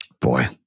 Boy